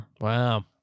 Wow